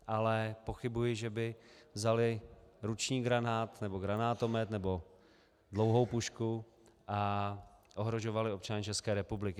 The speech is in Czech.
Ale pochybuji, že by vzali ruční granát nebo granátomet nebo dlouhou pušku a ohrožovali občany České republiky.